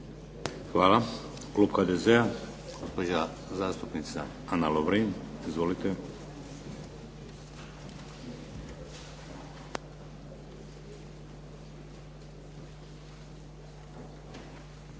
Hvala. Klub HDZ-a, gospođa zastupnica Ana Lovrin. Izvolite.